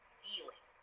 feeling